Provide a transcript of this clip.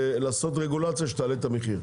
לעשות רגולציה שתעשה את המחיר,